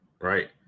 Right